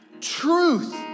truth